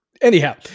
Anyhow